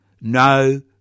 no